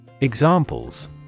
Examples